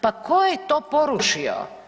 Pa tko je to porušio.